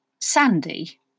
Sandy